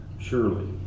Surely